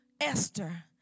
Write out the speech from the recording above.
Esther